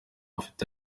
afite